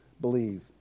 believe